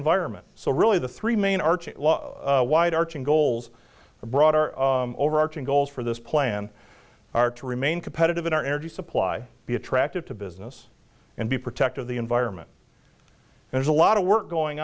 environment so really the three main arches wide arching goals for broader overarching goals for this plan are to remain competitive in our energy supply be attractive to business and be protective the environment there's a lot of work going